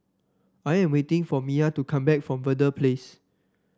I am waiting for Mya to come back from Verde Place